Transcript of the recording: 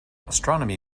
astronomy